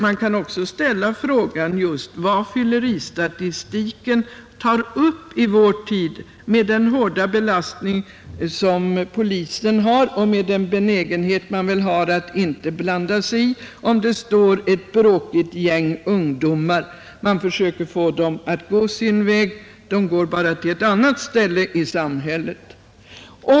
Frågan är också vad fylleristatistiken kan ta upp i vår tid med den hårda belastning som polisen har och med den benägenhet man väl ofta har att inte blanda sig i om man ser ett gäng bråkiga ungdomar. Polisen försöker få dem att gå sin väg, och de flyttar sig då bara till någon annan plats i samhället.